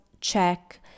check